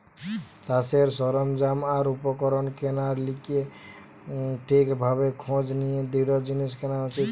চাষের সরঞ্জাম আর উপকরণ কেনার লিগে ঠিক ভাবে খোঁজ নিয়ে দৃঢ় জিনিস কেনা উচিত